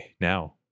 now